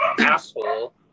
asshole